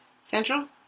central